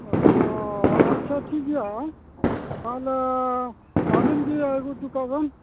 ᱚᱸᱻ ᱦᱳ ᱟᱪᱷᱟ ᱴᱷᱤᱠ ᱜᱮᱭᱟ ᱛᱟᱦᱚᱞᱮ ᱟᱵᱮᱱ ᱜᱮ ᱟᱹᱜᱩ ᱚᱴᱚᱠᱟᱜ ᱵᱮᱱ